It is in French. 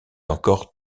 encore